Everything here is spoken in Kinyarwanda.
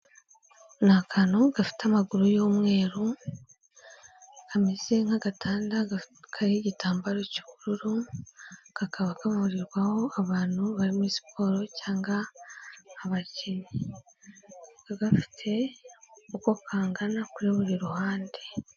Ni akantu gafite amaguru y'umweru kameze nk'agatanda kariho igitambaro cy'ubururu kakaba kavurirwaho abantu bari muri siporo cyangwa abakinnyi, kakaba gafite uko kangana kuri buri ruhande.